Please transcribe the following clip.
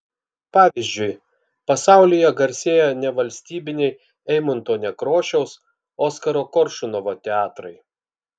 pavyzdžiui pasaulyje garsėja nevalstybiniai eimunto nekrošiaus oskaro koršunovo teatrai